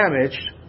damaged